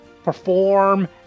Perform